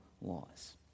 laws